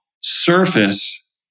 surface